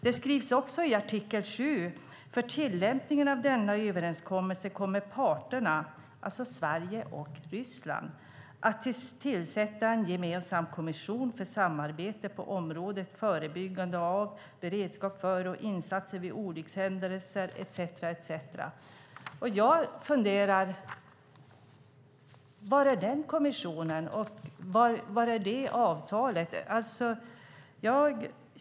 Det skrivs också i artikel 7 att för tillämpningen av denna överenskommelse kommer parterna, alltså Sverige och Ryssland, att tillsätta en gemensam kommission för samarbete på området, förebyggande av, beredskap för och insatser vid olyckshändelser etcetera. Jag funderar. Var är den kommissionen? Var är det avtalet?